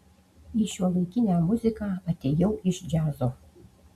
į šiuolaikinę muziką atėjau iš džiazo